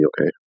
okay